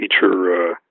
feature